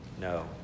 No